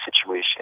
situation